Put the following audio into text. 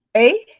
a